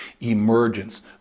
emergence